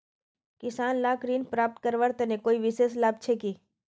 किसान लाक ऋण प्राप्त करवार तने कोई विशेष लाभ छे कि?